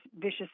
vicious